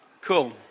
Cool